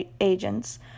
agents